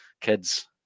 kids